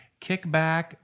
kickback